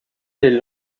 les